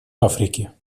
африке